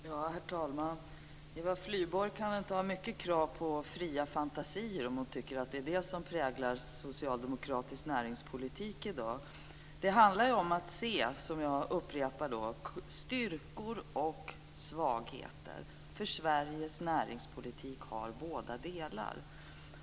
Herr talman! Eva Flyborg kan inte ha mycket krav på fria fantasier om hon tycker att det är detta som präglar socialdemokratisk näringspolitik i dag. Det handlar ju om att se - jag upprepar det - styrkor och svagheter, för Sveriges näringspolitik har båda delarna.